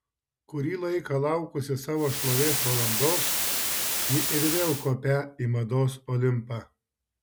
kurį laiką laukusi savo šlovės valandos ji ir vėl kopią į mados olimpą